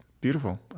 Beautiful